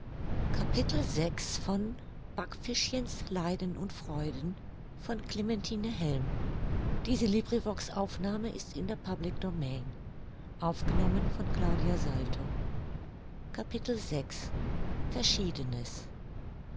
backfischchen's leiden und freuden